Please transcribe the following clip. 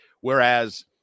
Whereas